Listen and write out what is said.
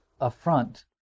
affront